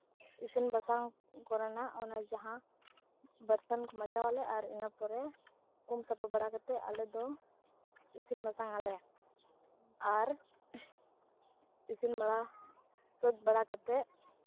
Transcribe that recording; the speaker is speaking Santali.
ᱤᱥᱤᱱ ᱵᱟᱥᱟᱝ ᱠᱚᱨᱮᱱᱟᱜ ᱚᱱᱮ ᱡᱟᱦᱟᱸ ᱵᱟᱨᱛᱟᱱ ᱠᱚ ᱢᱟᱸᱡᱟᱣᱟᱞᱮ ᱟᱨ ᱤᱱᱟᱹ ᱯᱚᱨᱮ ᱩᱢ ᱥᱟᱯᱷᱟ ᱵᱟᱲᱟ ᱠᱟᱛᱮᱫ ᱟᱞᱮ ᱫᱚ ᱤᱥᱤᱱ ᱵᱟᱥᱟᱝ ᱟᱞᱮ ᱟᱨ ᱤᱥᱤᱱ ᱵᱟᱲᱟ ᱥᱟᱹᱛ ᱵᱟᱲᱟ ᱠᱟᱛᱮᱫ